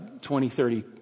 20-30